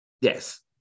Yes